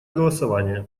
голосование